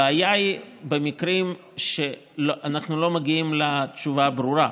הבעיה היא במקרים שאנחנו לא מגיעים לתשובה הברורה.